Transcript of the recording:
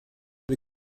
wir